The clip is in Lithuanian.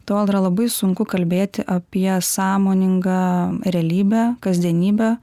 tol yra labai sunku kalbėti apie sąmoningą realybę kasdienybę